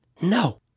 no